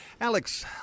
Alex